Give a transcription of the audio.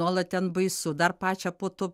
nuolat ten baisu dar pačią po to